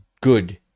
good